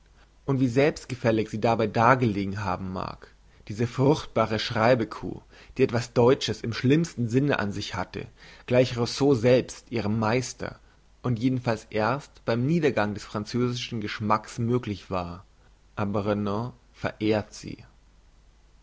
und wie selbstgefällig sie dabei dagelegen haben mag diese fruchtbare schreibe kuh die etwas deutsches im schlimmen sinne an sich hatte gleich rousseau selbst ihrem meister und jedenfalls erst beim niedergang des französischen geschmacks möglich war aber renan verehrt sie